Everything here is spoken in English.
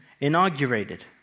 inaugurated